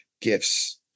gifts